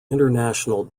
international